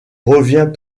reviens